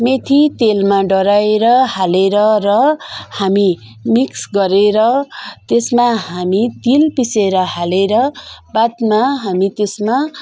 मेथी तेलमा डडाएर हालेर र हामी मिक्स गरेर त्यसमा हामी तिल पिसेर हालेर बादमा हामी त्यसमा